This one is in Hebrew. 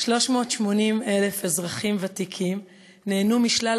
380,000 אזרחים ותיקים נהנו משלל